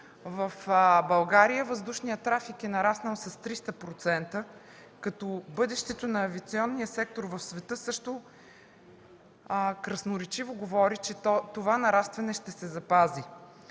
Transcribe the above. в България е нараснал с 300%, като бъдещето на авиационния сектор в света също красноречиво говори, че това нарастване ще се запази.